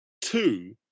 Two